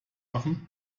machen